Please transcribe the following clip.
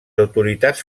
autoritats